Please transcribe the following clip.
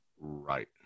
right